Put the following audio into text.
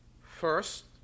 First